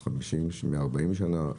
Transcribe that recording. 140 שנה.